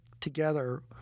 together